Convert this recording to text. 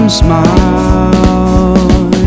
smile